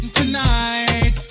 tonight